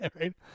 right